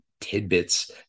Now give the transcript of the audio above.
tidbits